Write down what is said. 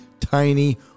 tiny